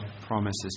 promises